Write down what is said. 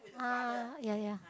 ah yeah yeah